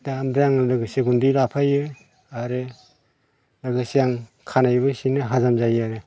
दा ओमफ्राय आङो लोगोसे गुन्दै लाफायो आरो लोगोसे आं खानायबो सिनो हाजाम जायो आरो